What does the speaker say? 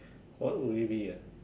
what would it be ah